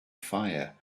fire